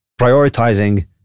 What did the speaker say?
prioritizing